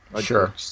Sure